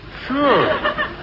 Sure